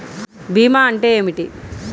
భీమా అంటే ఏమిటి?